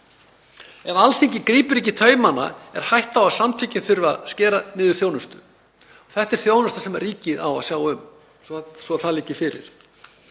Ef Alþingi grípur ekki í taumana er hætta á því að samtökin þurfi að skera niður þjónustu. Þetta er þjónusta sem ríkið á að sjá um, svo að það liggi fyrir.